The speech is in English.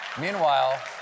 Meanwhile